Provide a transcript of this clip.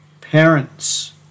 parents